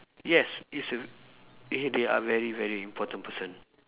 yes it's a eh they are very very important person